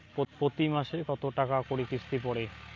প্রতি মাসে কতো টাকা করি কিস্তি পরে?